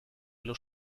allo